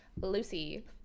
lucy